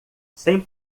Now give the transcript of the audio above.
sem